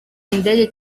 indege